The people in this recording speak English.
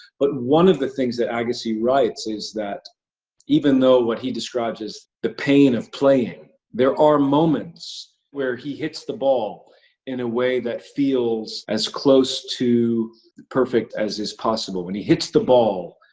but one of the things that agassi writes is that even though what he described as, the pain of playing, there are moments where he hits the ball in a way that feels as close to perfect as is possible. when he hits the ball,